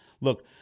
Look